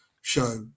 show